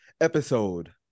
episode